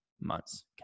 months